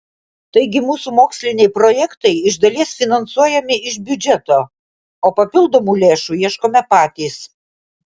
taigi mūsų moksliniai projektai iš dalies finansuojami iš biudžeto o papildomų lėšų ieškome patys